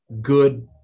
good